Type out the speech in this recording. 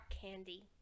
candy